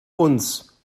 uns